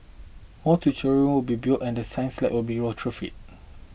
more tutorial be built and the science lab will be retrofitted